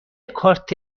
کارت